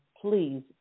please